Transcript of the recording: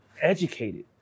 educated